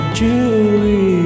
jewelry